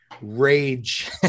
Rage